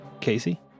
Casey